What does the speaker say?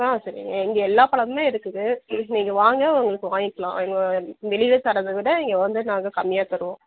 ஆ சரிங்க இங்கே எல்லா பழமுமே இருக்குது நீங்கள் வாங்க உங்களுக்கு வாங்கிக்கலாம் வெளியில் தர்றதை விட இங்கே வந்து நாங்கள் கம்மியாக தருவோம்